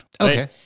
Okay